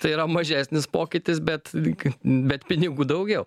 tai yra mažesnis pokytis bet lyg bet pinigų daugiau